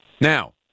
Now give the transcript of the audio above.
now